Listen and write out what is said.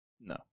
No